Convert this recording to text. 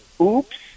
oops